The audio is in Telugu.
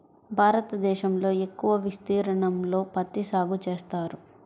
భారతదేశంలో ఎక్కువ విస్తీర్ణంలో పత్తి సాగు చేస్తారు